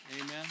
Amen